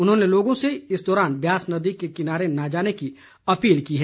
उन्होंने लोगों से इस दौरान ब्यास नदी के किनारे न जाने की अपील की है